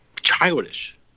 childish